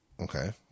Okay